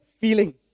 feeling